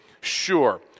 Sure